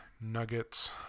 Nuggets